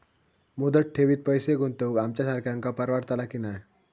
मुदत ठेवीत पैसे गुंतवक आमच्यासारख्यांका परवडतला की नाय?